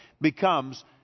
becomes